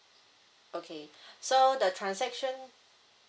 okay so the transaction